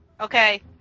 Okay